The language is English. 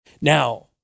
Now